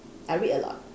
I read a lot